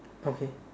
okay